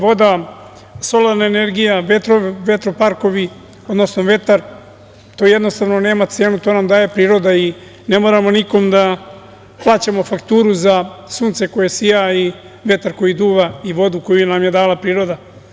Voda, solarna energija, vetroparkovi, odnosno vetar, to jednostavno nema cenu, to nam daje priroda i ne moramo nikom da plaćamo fakturu za sunce koje sija i vetar koji duva i vodu koju nam je dala priroda.